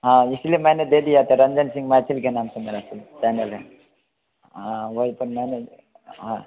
हाँ इस लिए मैंने दे दिया था रंजन सिंघ मैथिल के नाम से मेरा चैनल है हाँ वहीं पर मैंने हाँ